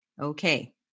Okay